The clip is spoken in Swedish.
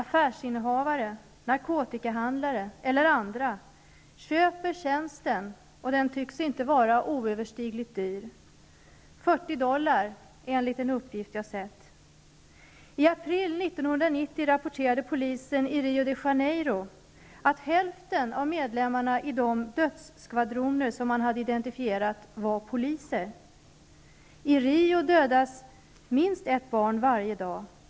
Affärsinnehavare, narkotikahandlare och andra köper tjänsten, och den tycks inte vara oöverstigligt dyr, 40 dollar enligt uppgifter jag har sett. I april 1990 rapporterade polisen i Rio de Janeiro att hälften av medlemmarna i de dödsskvadroner man hade identifierat var poliser. I Rio dödas minst ett barn varje dag.